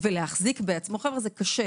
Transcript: ולהחזיק זה קשה.